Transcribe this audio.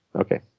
Okay